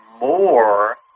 more